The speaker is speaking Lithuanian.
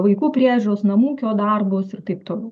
vaikų priežiūros namų ūkio darbus ir taip toliau